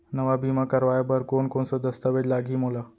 नवा बीमा करवाय बर कोन कोन स दस्तावेज लागही मोला?